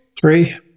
Three